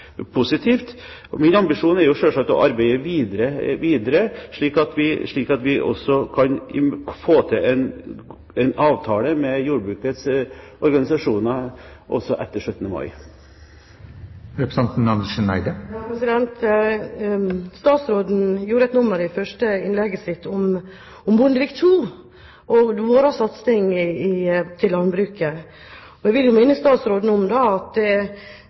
positivt. Min ambisjon er selvsagt å arbeide videre, slik at vi også kan få til en avtale med jordbrukets organisasjoner også etter 17. mai. Statsråden gjorde et nummer i det første innlegget sitt av Bondevik II og vår satsing innen landbruket. Jeg vil minne statsråden om at denne regjeringen har hatt langt flere midler å fordele. Synes statsråden at